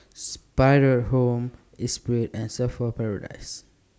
SPRING Home Esprit and Surfer's Paradise